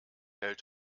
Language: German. hält